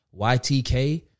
YTK